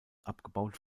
abgebaut